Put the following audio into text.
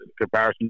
comparison